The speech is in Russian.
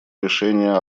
решение